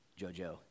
Jojo